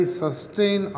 sustain